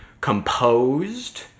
composed